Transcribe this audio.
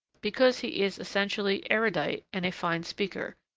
because he is essentially erudite and a fine speaker,